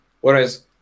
Whereas